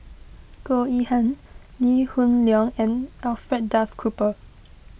Goh Yihan Lee Hoon Leong and Alfred Duff Cooper